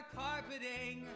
carpeting